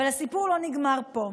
אבל הסיפור לא נגמר פה.